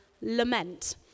lament